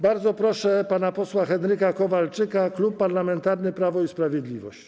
Bardzo proszę pana posła Henryka Kowalczyka, Klub Parlamentarny Prawo i Sprawiedliwość.